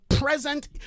present